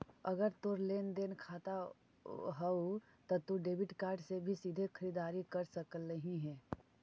अगर तोर लेन देन खाता हउ त तू डेबिट कार्ड से भी सीधे खरीददारी कर सकलहिं हे